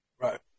Right